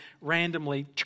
randomly